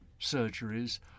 surgeries